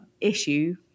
issue